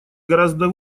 гораздо